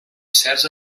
certs